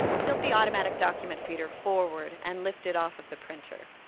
tilt the automatic document feeder forward and lift it off of the printer.